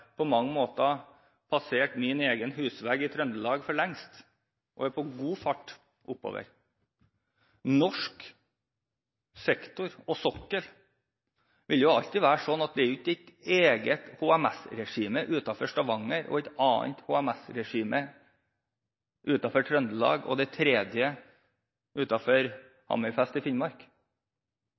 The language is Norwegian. på mange måter passert min egen husvegg i Trøndelag for lengst og er på god vei nordover. Når det gjelder norsk sektor og sokkel, vil det alltid være slik at det er ikke et eget HMS-regime utenfor Stavanger, et annet HMS-regime utenfor Trøndelag og et tredje utenfor Hammerfest i Finnmark.